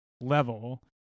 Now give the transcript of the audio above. Level